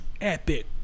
epic